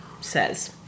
says